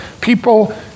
people